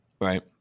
right